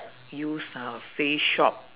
use uh face shop